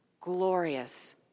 glorious